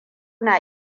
na